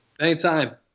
anytime